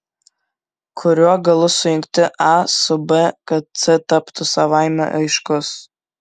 kuriuo galu sujungti a su b kad c taptų savaime aiškus